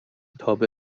تابع